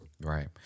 right